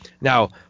Now